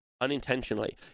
Unintentionally